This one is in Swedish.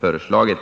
föreslagit.